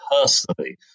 personally